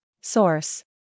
Source